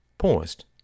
paused